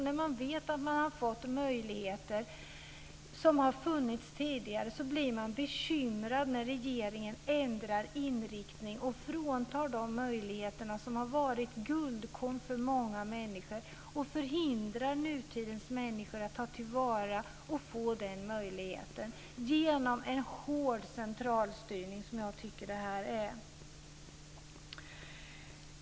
När man vet att man har fått möjligheter som har funnits tidigare så blir man bekymrad när regeringen genom en hård centralstyrning, som jag tycker att detta är, ändrar inriktning och tar bort de möjligheter som har varit guldkorn för många människor och förhindrar nutidens människor att ta till vara och få den möjligheten.